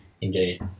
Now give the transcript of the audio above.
Indeed